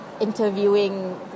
interviewing